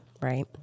right